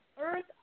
Earth